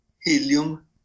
helium